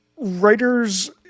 Writers